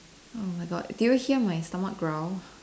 oh my God do you hear my stomach growl